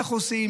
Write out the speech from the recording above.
איך עושים,